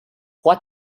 what